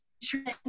instrument